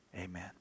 amen